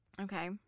Okay